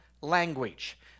language